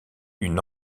une